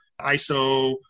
ISO